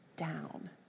down